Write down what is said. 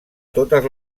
totes